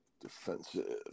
Defensive